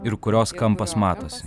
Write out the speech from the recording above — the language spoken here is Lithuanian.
ir kurios kampas matosi